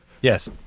Yes